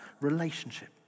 relationship